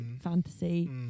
fantasy